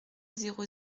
zéro